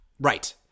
right